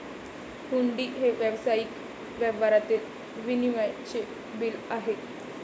हुंडी हे व्यावसायिक व्यवहारातील विनिमयाचे बिल आहे